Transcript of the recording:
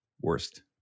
Worst